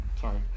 Sorry